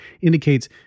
indicates